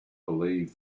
believe